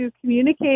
communicate